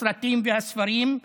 הסרטים והספרים,